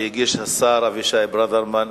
שהגיש השר אבישי ברוורמן,